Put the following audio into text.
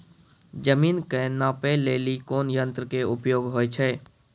जमीन के नापै लेली कोन यंत्र के उपयोग होय छै?